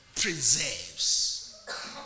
preserves